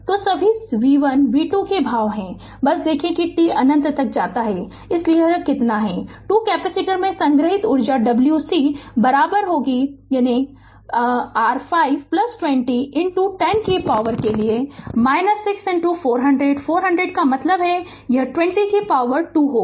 तो सभी v1 v2 के भाव हैं बस देखें कि t अनंत तक जाता है इसलिए यह कितना है 2 कैपेसिटर में संग्रहीत ऊर्जा है w c आधा यानी r 5 20 10 कि पॉवर के लिए - 6 400 400 का मतलब यह 20 2 होगा